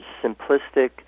simplistic